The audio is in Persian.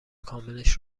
کاملش